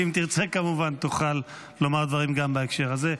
אם תרצה, כמובן תוכל לומר דברים גם בהקשר הזה.